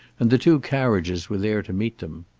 and the two carriages were there to meet them.